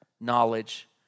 knowledge